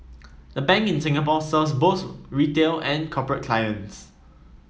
the bank in Singapore serves both retail and corporate clients